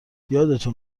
یادتون